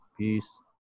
Peace